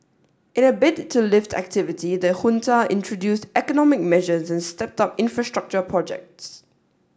in a bid to lift activity the junta introduced economic measures and stepped up infrastructure projects